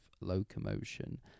locomotion